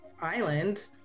island